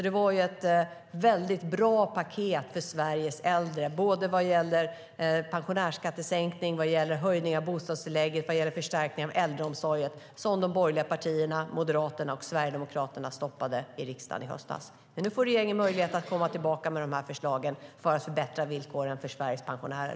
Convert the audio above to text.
Det var ett bra paket för Sveriges äldre vad gäller pensionärsskattesänkning, höjning av bostadstillägget och förstärkning av äldreomsorgen som Moderaterna och de andra borgerliga partierna samt Sverigedemokraterna stoppade i riksdagen i höstas. Nu får regeringen möjlighet att komma tillbaka med förslagen för att förbättra villkoren för Sveriges pensionärer.